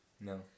No